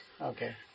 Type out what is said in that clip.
Okay